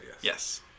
yes